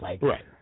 Right